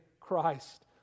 Christ